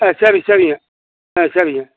ஆ சரி சரிங்க ஆ சரிங்க